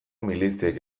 miliziek